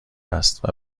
است